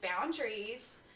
boundaries